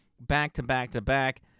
back-to-back-to-back